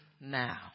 now